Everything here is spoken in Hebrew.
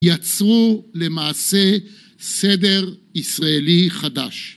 יצרו למעשה סדר ישראלי חדש